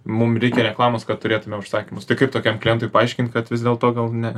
mum reikia reklamos kad turėtume užsakymus tai kaip tokiam klientui paaiškint kad vis dėlto gal ne